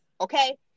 Okay